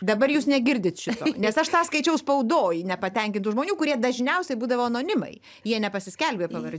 dabar jūs negirdit šito nes aš tą skaičiau spaudoj nepatenkintų žmonių kurie dažniausiai būdavo anonimai jie nepasiskelbė pavar